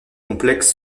complexe